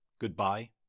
goodbye